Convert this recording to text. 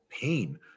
pain